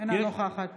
אינה נוכחת